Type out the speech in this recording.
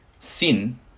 Sin